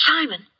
Simon